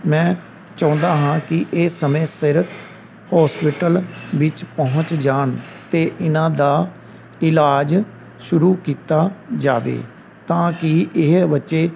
ਮੈਂ ਚਾਹੁੰਦਾ ਹਾਂ ਕਿ ਇਹ ਸਮੇਂ ਸਿਰ ਹੋਸਪੀਟਲ ਵਿੱਚ ਪਹੁੰਚ ਜਾਣ ਅਤੇ ਇਹਨਾਂ ਦਾ ਇਲਾਜ ਸ਼ੁਰੂ ਕੀਤਾ ਜਾਵੇ ਤਾਂ ਕਿ ਇਹ ਬੱਚੇ